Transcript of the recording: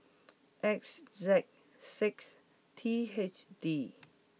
X Z six T H D